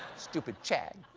stupid chad!